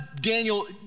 Daniel